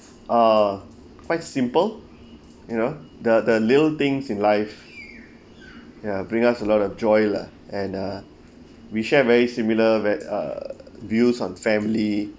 uh quite simple you know the the little things in life ya bring us a lot of joy lah and uh we share very similar uh views on family